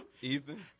Ethan